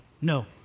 no